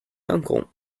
uncle